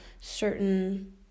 certain